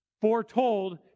foretold